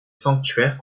sanctuaire